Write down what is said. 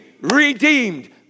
redeemed